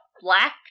black